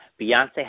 Beyonce